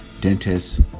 dentists